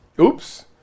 Oops